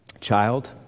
Child